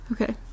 Okay